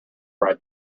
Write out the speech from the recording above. cried